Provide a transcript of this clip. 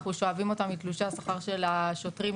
אנחנו שואבים אותם מתלושי השכר ישירות של השוטרים.